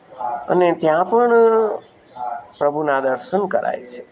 અને ત્યાં પણ પ્રભુનાં દર્શન કરાય છે